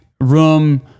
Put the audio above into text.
Room